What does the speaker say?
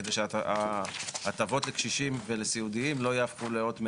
כדי ההטבות לקשישים ולסיעודיים לא יהפכו לאות מתה.